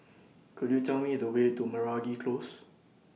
Could YOU Tell Me The Way to Meragi Close